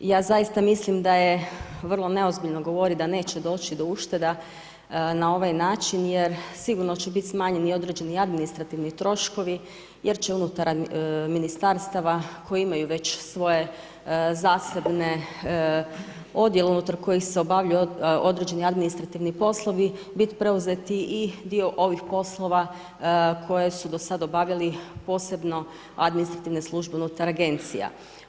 Ja zaista mislim da je vrlo neozbiljno govorit da neće doći do ušteda na ovaj način jer sigurno će biti smanjen i određeni administrativni troškovi jer će unutar ministarstava koji imaju već svoje zasebne odjele unutar kojih se obavljaju određeni administrativni poslovi bit preuzet i dio ovih poslova koje su do sada obavljali posebno administrativne službe unutar agencija.